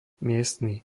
miestny